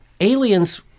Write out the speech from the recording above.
aliens